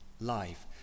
life